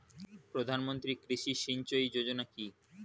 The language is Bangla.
প্রধানমন্ত্রী কৃষি সিঞ্চয়ী যোজনা কি?